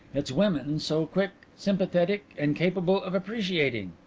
its women so quick, sympathetic and capable of appreciating?